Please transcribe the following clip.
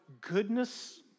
goodness